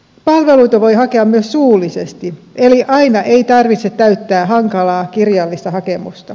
palveluita voi hakea myös suullisesti eli aina ei tarvitse täyttää hankalaa kirjallista hakemusta